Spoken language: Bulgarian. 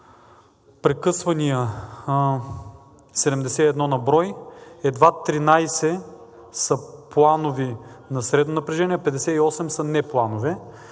прекъсвания едва 13 са планови на средно напрежение, 58 са непланови.